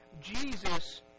Jesus